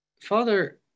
Father